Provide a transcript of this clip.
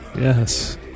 Yes